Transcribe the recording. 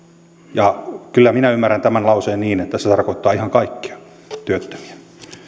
ja kyllä minä ymmärrän tämän lauseen niin että se tarkoittaa ihan kaikkia työttömiä